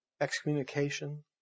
excommunication